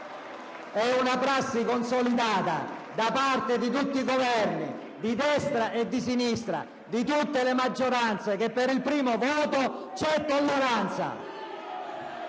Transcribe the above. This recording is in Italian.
È una prassi consolidata da parte di tutte le Presidenze, di destra e di sinistra, di tutte le maggioranze, che per il primo voto c'è tolleranza